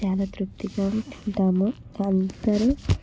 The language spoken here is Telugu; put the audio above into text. చాల తృప్తిగా తింటాము పల్ప్